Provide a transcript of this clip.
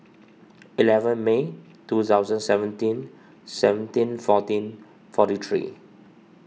eleven May two thousand seventeen seventeen fourteen forty three